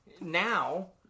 Now